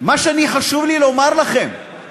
מה שחשוב לי לומר לכם זה